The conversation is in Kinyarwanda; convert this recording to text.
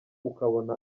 ukabona